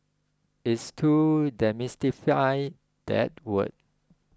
it's to demystify that word